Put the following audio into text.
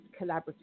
collaborative